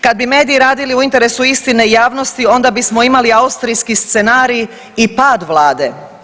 Kad bi mediji radili u interesu istine i javnosti onda bismo imali austrijski scenarij i pad Vlade.